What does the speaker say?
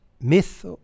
myth